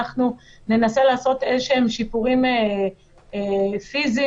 אנחנו ננסה לעשות שיפורים פיזיים